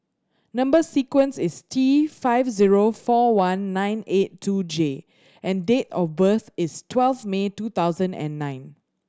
number sequence is T five zero four one nine eight two J and date of birth is twelve May two thousand and nine